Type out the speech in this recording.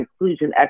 inclusion